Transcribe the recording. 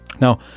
Now